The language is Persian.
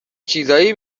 چیزایی